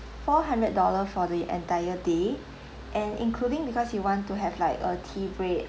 four hundred dollar for the entire day and including because you want to have like a tea break